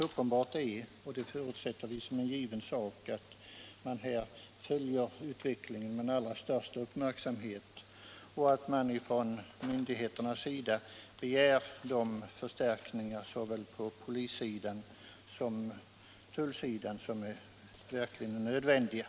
Vi förutsätter emellertid att man följer utvecklingen med den allra största uppmärksamhet och att myndigheterna begär de förstärkningar såväl på polissidan som på tullsidan som verkligen är nödvändiga.